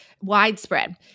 Widespread